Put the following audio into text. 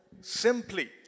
simply